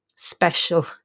special